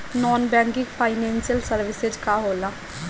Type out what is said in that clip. Non banking financial services का होला?